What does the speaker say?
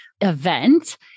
event